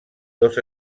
dos